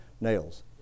nails